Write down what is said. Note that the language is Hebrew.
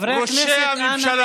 ראשי הממשלה,